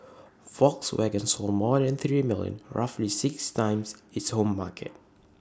Volkswagen sold more than three million roughly six times its home market